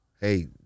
Hey